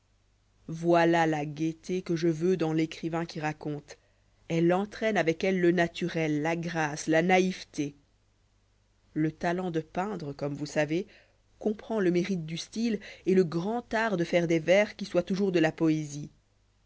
voilà la gaieté que je yeux dans l'écrivain qui aconte elle entraîne avec sllele naturel la frâce la naïveté le talent de peindre comme vous savez comprend le mérite du style et le grand art de faire des vers qui soient toujours de la poésie